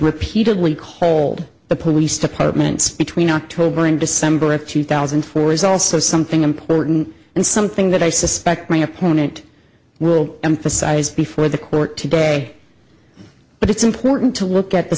repeatedly called the police departments between october and december of two thousand and four is also something important and something that i suspect my opponent will emphasize before the court today but it's important to look at the